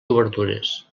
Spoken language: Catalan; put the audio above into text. obertures